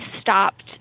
stopped